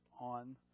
on